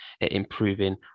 improving